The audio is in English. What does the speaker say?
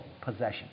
possession